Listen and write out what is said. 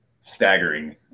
staggering